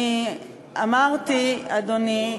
אני אמרתי, אדוני.